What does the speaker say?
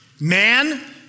Man